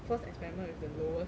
first experiment with the lowest